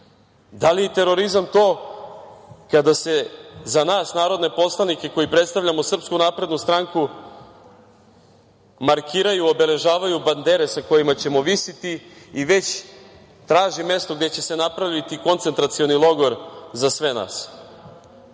li je terorizam to kada se za nas narodne poslanike, koji predstavljamo SNS, markiraju, obeležavaju bandere sa kojih ćemo visiti i već traži mesto gde će se napraviti koncentracioni logor za sve nas? Sve